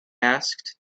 asked